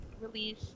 release